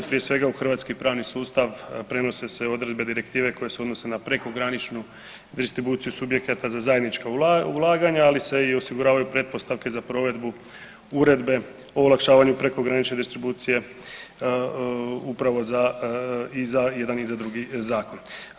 Prije svega u hrvatski pravni sustav prenose se odredbe direktive koje se odnose na prekograničnu distribuciju subjekata za zajednička ulaganja, ali se i osiguravaju pretpostavke za provedbu uredbe o olakšavanju prekogranične distribucije upravo za, i za jedan i za drugi zakon.